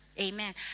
Amen